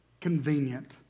convenient